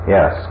Yes